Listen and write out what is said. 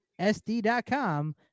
SD.com